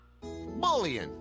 Bullying